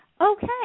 okay